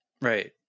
right